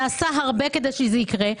נעשה הרבה כדי שהדיאלוג יקרה,